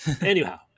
Anyhow